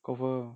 confirm